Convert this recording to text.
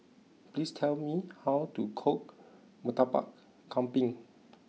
please tell me how to cook Murtabak Kambing